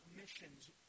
missions